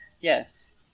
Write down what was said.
Yes